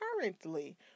currently